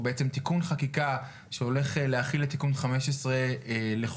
או בעצם תיקון חקיקה שהולך להכיל את תיקון 15 לחוק